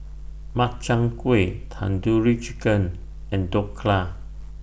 Makchang Gui Tandoori Chicken and Dhokla